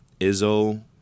Izzo